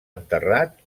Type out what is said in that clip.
enterrat